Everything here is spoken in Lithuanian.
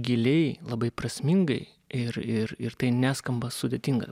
giliai labai prasmingai ir ir ir tai neskamba sudėtinga